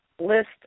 list